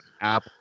app